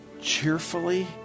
cheerfully